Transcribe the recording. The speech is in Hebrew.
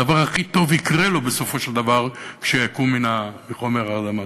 הדבר הכי טוב יקרה לו בסופו של דבר כשיקום מחומר ההרדמה.